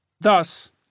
Thus